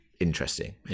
interesting